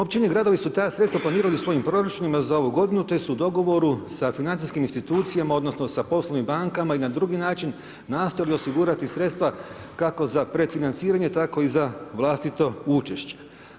Općine i gradovi su ta sredstva planirali u svojim proračunima za ovu godinu te su u dogovoru sa financijskim institucijama, odnosno sa poslovnim bankama i na drugi način nastojali osigurati sredstva kako za predfinanciranje tako i za vlastito učešće.